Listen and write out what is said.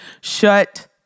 shut